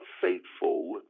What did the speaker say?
faithful